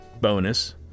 bonus